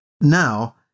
Now